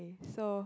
so